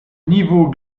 niveau